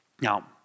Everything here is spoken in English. Now